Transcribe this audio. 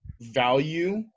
value